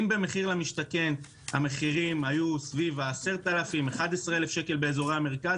אם במחיר למשתכן המחירים היו סביב 10,000 - 11,000 שקל באזורי המרכז,